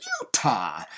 Utah